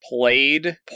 played